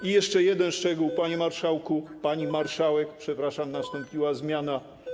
I jeszcze jeden szczegół, panie marszałku, pani marszałek, przepraszam, nastąpiła zmiana.